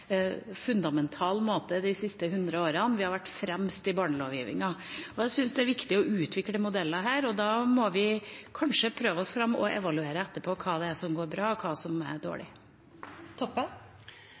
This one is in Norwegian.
fundamental måte de siste hundre årene. Vi har vært fremst når det gjelder barnelovgivning. Jeg syns det er viktig å utvikle modeller for dette, og da må vi kanskje prøve oss fram og evaluere etterpå og se hva som gikk bra og hva som